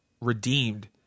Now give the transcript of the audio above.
redeemed